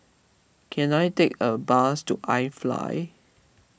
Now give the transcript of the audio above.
can I take a bus to iFly